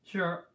Sure